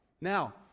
Now